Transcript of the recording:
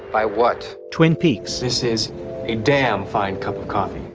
by what. twin peaks this is a damn fine cup of coffee.